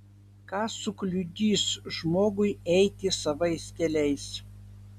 kas sukliudys žmogui eiti savais keliais